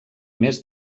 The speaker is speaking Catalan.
més